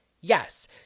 Yes